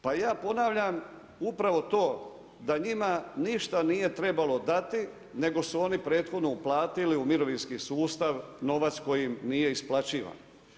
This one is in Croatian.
Pa ja ponavljam upravo to, da njima ništa nije trebalo dati, nego su oni prethodno uplatili u mirovinski sustav novac koji im nije isplaćivan.